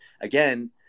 again